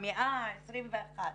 במאה ה-21.